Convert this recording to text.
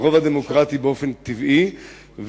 הציבור שלנו באמת גדל,